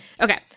Okay